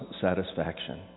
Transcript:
satisfaction